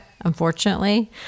unfortunately